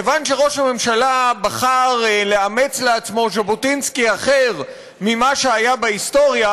כיוון שראש הממשלה בחר לאמץ לעצמו ז'בוטינסקי אחר ממה שהיה בהיסטוריה,